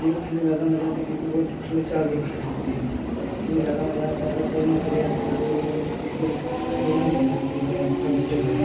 ludo खेलने में ज़्यादा मज़ा आता है क्योंकि वह उसमें चार लोग खेल सकते हैं उसमें ज़्यादा मज़ा आता है अगर कोई ना खेले आपके साथ तो आप किसी के अकेले भी खेल सकते हैं या कंप्यूटर के साथ